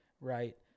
right